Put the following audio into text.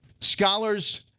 Scholars